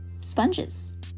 sponges